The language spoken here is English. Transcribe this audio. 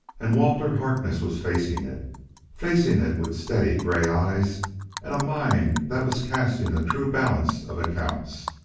and walter harkness was facing it facing it with steady gray eyes and a mind that was casting a true balance of accounts.